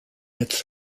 its